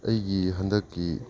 ꯑꯩꯒꯤ ꯍꯟꯗꯛꯀꯤ